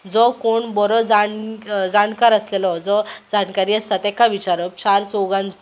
जो कोण बरो जाण जाणकार आसलेलो जो जाणकारी आसलेलो आसता तेका विचारप चार चौगां